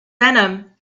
venom